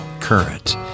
current